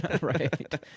Right